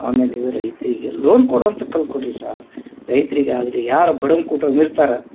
ಆಮೇಲೆ ರೈತರಿಗೆ ಲೋನ್ ಕೊಡುವಂಥ ಕೇಳ್ಕೊಳ ರೀ ಸಾರ್ ರೈತ್ರಿಗ ಆಗಲಿ ಯಾರ ಬಡುವ್ರ ಕುಟುಂಬ ಇರ್ತಾರೆ